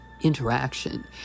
interaction